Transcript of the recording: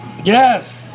Yes